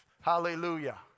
Hallelujah